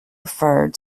referred